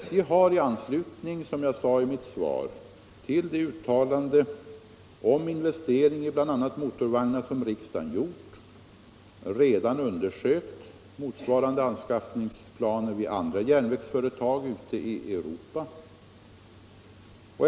SJ har, som jag sade i mitt svar, i anslutning till det uttalande om investering i bl.a. motorvagnar som riksdagen gjort, redan studerat motsvarande anskaffningsplaner vid järnvägsföretag ute i Europa.